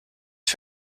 für